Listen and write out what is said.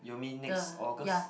you mean next August